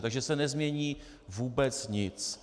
Takže se nezmění vůbec nic.